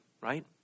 right